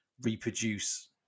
reproduce